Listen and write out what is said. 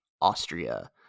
Austria